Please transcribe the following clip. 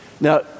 Now